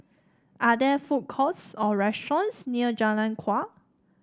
are there food courts or restaurants near Jalan Kuak